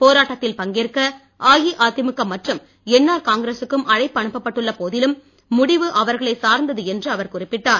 போராட்டத்தில் பங்கேற்க அஇஅதிமுக மற்றும் என்ஆர் காங்கிர சுக்கும் அழைப்பு அனுப்பப் பட்டுள்ள போதிலும் முடிவு அவர்களைச் சார்ந்தது என்று அவர் குறிப்பிட்டார்